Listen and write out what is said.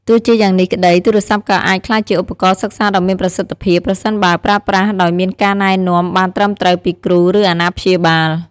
ទោះជាយ៉ាងនេះក្ដី ទូរស័ព្ទក៏អាចក្លាយជាឧបករណ៍សិក្សាដ៏មានប្រសិទ្ធភាព ប្រសិនបើប្រើប្រាស់ដោយមានការណែនាំបានត្រឹមត្រូវពីគ្រូ ឬអាណាព្យាបាល។